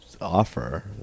offer